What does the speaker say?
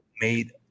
made